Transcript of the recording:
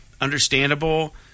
understandable